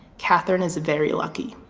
katherine is very lucky.